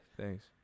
Thanks